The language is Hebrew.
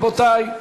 רבותי.